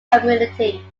community